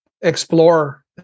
explore